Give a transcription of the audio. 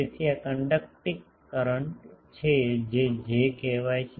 તેથી આ conducting current છે જે J કહેવાય છે